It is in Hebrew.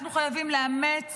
אנחנו חייבים לאמץ